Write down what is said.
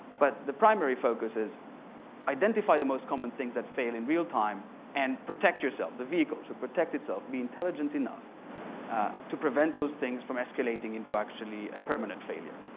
but the primary focus is identify the most common things that fail in real time and protect yourself. the vehicles to protect itself be intelligent enough to prevent those things from escalating into actually a permanent failure.